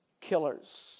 killers